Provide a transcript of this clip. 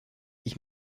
ich